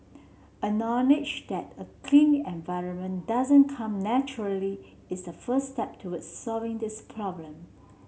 acknowledge that a clean environment doesn't come naturally is the first step toward solving this problem